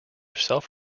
self